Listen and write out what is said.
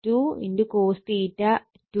8 60KW